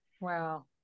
Wow